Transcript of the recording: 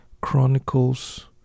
Chronicles